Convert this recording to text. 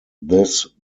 this